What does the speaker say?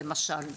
למשל,